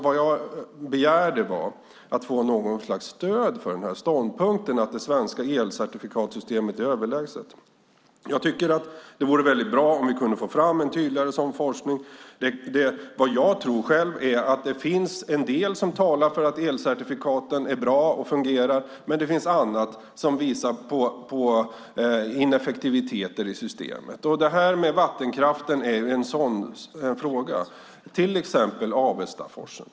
Vad jag begärde var att få något slags stöd för ståndpunkten att det svenska elcertifikatssystemet är överlägset. Jag tycker att det vore bra om vi kunde få fram en tydligare sådan forskning. Själv tror jag att det finns en del som talar för att elcertifikaten är bra och fungerar men att det finns annat som visar på ineffektiviteter i systemet. Vattenkraften är en sådan fråga. Det gäller till exempel Avestaforsen.